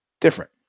Different